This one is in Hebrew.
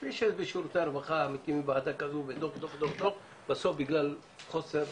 כפי שבשירותי הרווחה מקימים ועדה כזו ואז בסוף בגלל חוסר